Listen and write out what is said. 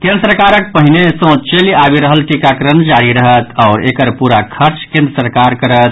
केन्द्र सरकारक पहिने सँ चलि आबि रहल टीकाकरण जारी रहत आओर एकर पूरा खर्च केन्द्र सरकार करत